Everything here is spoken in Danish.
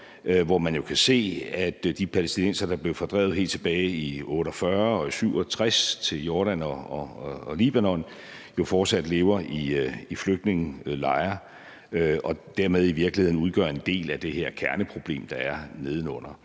hvor man jo kan se, at de palæstinensere, der blev fordrevet helt tilbage i 1948 og 1967 til Jordan og Libanon, fortsat lever i flygtningelejre og dermed i virkeligheden udgør en del af det her kerneproblem, der ligger nedenunder.